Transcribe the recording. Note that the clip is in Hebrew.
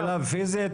פיזית?